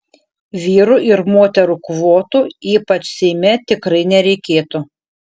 vyrų ir moterų kvotų ypač seime tikrai nereikėtų